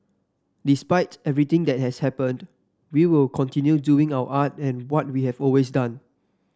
despite everything that has happened we will continue doing our art and what we have always done